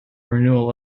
renewal